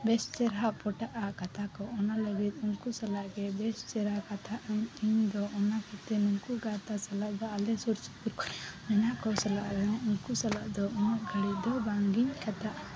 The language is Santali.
ᱵᱮᱥ ᱪᱮᱦᱮᱨᱟ ᱯᱚᱴᱟᱜᱼᱟ ᱠᱟᱛᱷᱟ ᱠᱚ ᱚᱱᱟ ᱞᱟᱹᱜᱤᱫ ᱩᱱᱠᱩ ᱥᱟᱞᱟᱜ ᱜᱮ ᱵᱮᱥ ᱪᱮᱦᱮᱨᱟ ᱠᱟᱛᱷᱟᱜ ᱟᱹᱧ ᱤᱧ ᱫᱚ ᱚᱱᱟ ᱠᱷᱟᱛᱤᱨ ᱱᱩᱠᱩ ᱜᱟᱶᱛᱟ ᱥᱟᱞᱟᱜ ᱫᱚ ᱟᱞᱮ ᱥᱩᱨ ᱥᱩᱯᱩᱨ ᱠᱚᱨᱮ ᱢᱮᱱᱟᱜ ᱠᱚ ᱥᱟᱞᱟᱜ ᱨᱮᱦᱚᱸ ᱩᱱᱠᱩ ᱥᱟᱞᱟᱜᱫᱚ ᱩᱱᱟᱹᱜ ᱜᱷᱟᱹᱲᱤᱡ ᱫᱚ ᱵᱟᱝᱜᱤᱧ ᱠᱟᱛᱷᱟᱜᱼᱟ